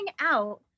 out